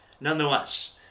Nonetheless